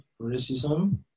racism